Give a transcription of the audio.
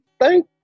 thank